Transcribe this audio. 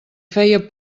feia